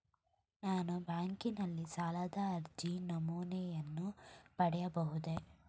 ನಾನು ಬ್ಯಾಂಕಿನಲ್ಲಿ ಸಾಲದ ಅರ್ಜಿ ನಮೂನೆಯನ್ನು ಪಡೆಯಬಹುದೇ?